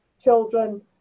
children